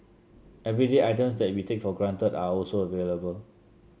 everyday items that we take for granted are also available